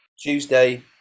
Tuesday